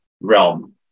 realm